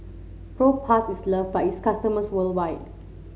Propass is love by its customers worldwide